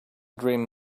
dream